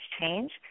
change